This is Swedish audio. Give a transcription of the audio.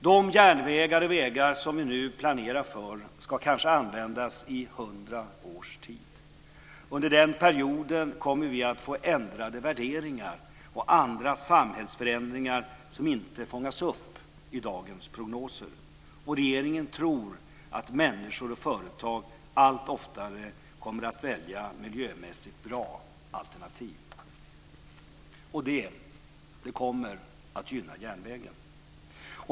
De vägar och järnvägar som vi nu planerar för ska kanske användas i hundra års tid. Under den perioden kommer vi att få ändrade värderingar och andra samhällsförändringar som inte fångas upp i dagens prognoser. Regeringen tror att människor och företag allt oftare kommer att välja miljömässigt bra alternativ. Det kommer att gynna järnvägen.